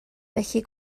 felly